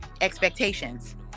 expectations